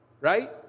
right